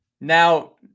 Now